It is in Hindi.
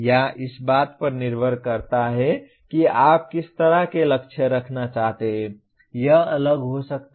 या इस बात पर निर्भर करता है कि आप किस तरह के लक्ष्य रखना चाहते हैं यह अलग हो सकता है